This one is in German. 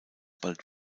bald